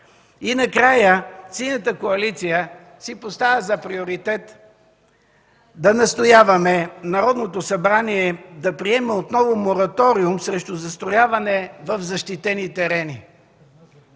Накрая, Синята коалиция си поставя за приоритет да настояваме Народното събрание да приеме отново мораториум срещу застрояване в защитени терени,